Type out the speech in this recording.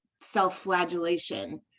self-flagellation